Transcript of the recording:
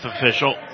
official